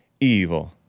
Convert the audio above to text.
evil